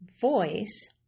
voice